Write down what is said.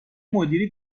مدیری